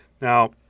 Now